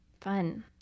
fun